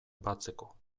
batzeko